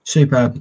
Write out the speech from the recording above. Super